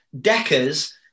Decker's